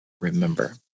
remember